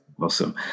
Awesome